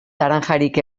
laranjarik